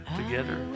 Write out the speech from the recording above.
together